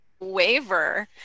waiver